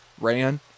ran